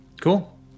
Cool